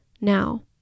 now